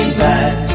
back